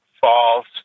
false